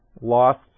lost